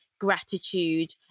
gratitude